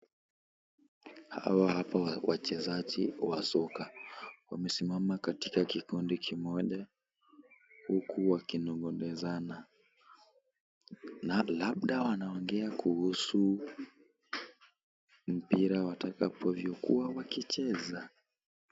Hawa hapo wachezaji wa soka. Wamesimama katika kikundi kimoja, huku wakinong'onezana na labda wanaongea kuhusu mpira watakavyokuwa wakicheza.